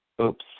Oops